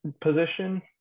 Position